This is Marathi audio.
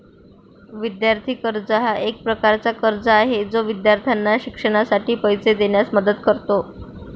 विद्यार्थी कर्ज हा एक प्रकारचा कर्ज आहे जो विद्यार्थ्यांना शिक्षणासाठी पैसे देण्यास मदत करतो